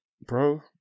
bro